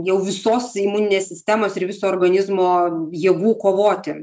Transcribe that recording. jau visos imuninės sistemos ir viso organizmo jėgų kovoti